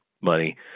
money